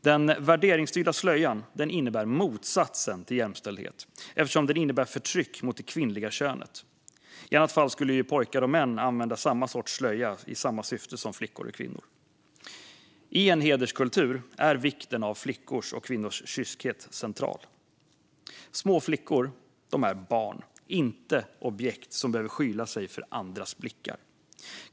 Den värderingsstyrda slöjan innebär motsatsen till jämställdhet eftersom den innebär förtryck av det kvinnliga könet. I annat fall skulle även pojkar och män använda samma sorts slöja i samma syfte som flickor och kvinnor. I en hederskultur är vikten av flickors och kvinnors kyskhet central. Små flickor är barn, inte objekt som behöver skyla sig för andras blickar.